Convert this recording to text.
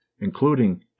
including